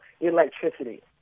electricity